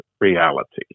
reality